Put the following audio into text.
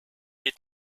est